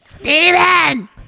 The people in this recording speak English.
Steven